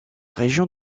région